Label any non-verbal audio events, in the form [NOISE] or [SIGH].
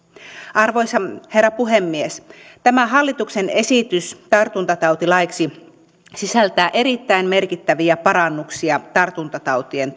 arvoisa herra puhemies tämä hallituksen esitys tartuntatautilaiksi sisältää erittäin merkittäviä parannuksia tartuntatautien [UNINTELLIGIBLE]